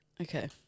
Okay